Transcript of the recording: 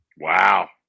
Wow